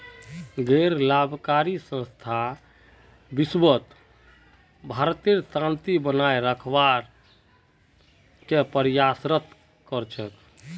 गैर लाभकारी संस्था विशव भरत शांति बनए रखवार के प्रयासरत कर छेक